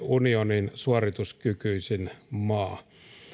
unionin suorituskykyisin maa